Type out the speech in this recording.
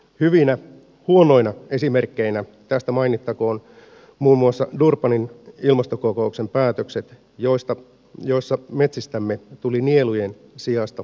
hyvinä huonoina esimerkkeinä tästä mainittakoon muiden muassa durbanin ilmastokokouksen päätökset joissa metsistämme tuli nielujen sijasta päästökohteita